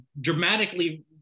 dramatically